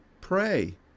pray